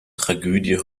tragödie